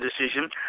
decision